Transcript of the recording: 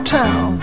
town